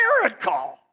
miracle